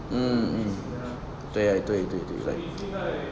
嗯对对对对 like